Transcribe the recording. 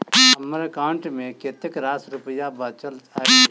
हम्मर एकाउंट मे कतेक रास रुपया बाचल अई?